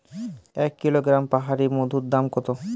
এক কিলোগ্রাম পাহাড়ী মধুর দাম কত?